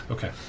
Okay